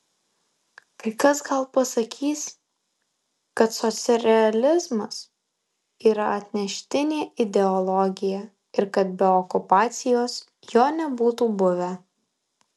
kai kas gal pasakys kad socrealizmas yra atneštinė ideologija ir kad be okupacijos jo nebūtų buvę